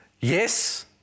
yes